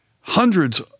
hundreds